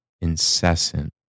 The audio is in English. incessant